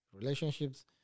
Relationships